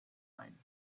ein